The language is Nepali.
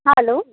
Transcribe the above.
हेलो